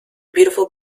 beautiful